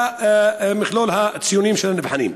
למכלול הציונים של הנבחנים.